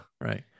right